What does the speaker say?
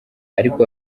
ariko